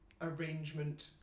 arrangement